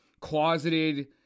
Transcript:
closeted